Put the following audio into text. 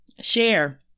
share